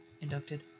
inducted